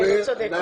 הוא צודק.